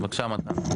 בבקשה, מתן.